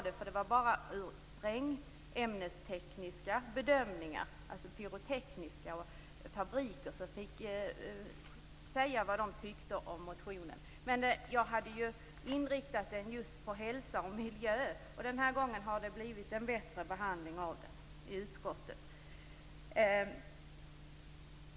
Det gjordes bara sprängämnestekniska eller pyrotekniska bedömningar, och det vara bara fabriker som fick säga vad de tyckte om motionen. Jag riktade motionen just mot hälsa och miljö. Denna gång har den behandlats bättre i utskottet.